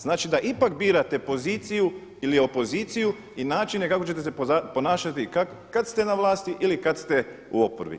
Znači da ipak birate poziciju ili opoziciju i načine kako ćete se ponašati kad ste na vlasti ili kad ste u oporbi.